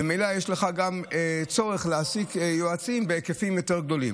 וממילא יש לך גם צורך להעסיק יועצים בהיקפים יותר גדולים.